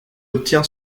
obtient